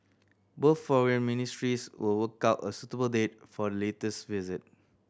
both foreign ministries will work out a suitable date for the latter's visit